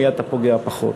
במי אתה פוגע פחות.